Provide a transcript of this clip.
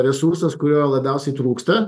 resursas kurio labiausiai trūksta